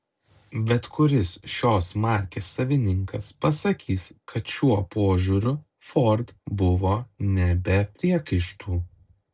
bet kuris šios markės savininkas pasakys kad šiuo požiūriu ford buvo ne be priekaištų